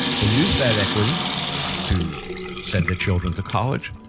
they use that equity to send their children to college,